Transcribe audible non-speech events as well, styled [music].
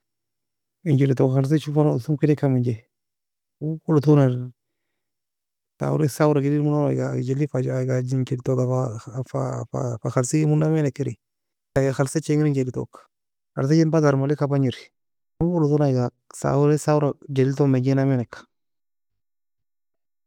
En jely toe khalsesh asoon kedika menj اول laton [hesitation] eiga sawrae sawra griedi mon aiga jely fa aiga ginkid toga fa fa fa khalseig mona manik eri eiga khalsich eg en jely toka assen batar malika bangir اول la ton aiga sawrae sawra jely elton menjina menik